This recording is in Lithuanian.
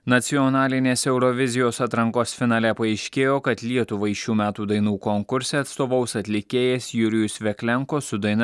nacionalinės eurovizijos atrankos finale paaiškėjo kad lietuvai šių metų dainų konkurse atstovaus atlikėjas jurijus veklenko su daina